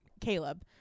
Caleb